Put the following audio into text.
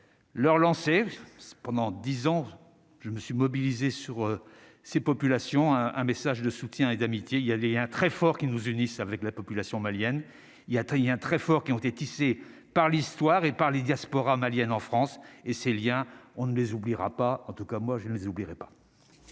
Leur lancer pendant 10 ans, je me suis mobilisée sur ces populations un un message de soutien et d'amitié, il y avait un très fort qui nous unissent, avec la population malienne, il y a, il y a un très fort qui ont été tissés par l'histoire et par les diasporas maliennes en France et ces Liens, on ne les oubliera pas, en tout cas moi je ne les oublierai pas.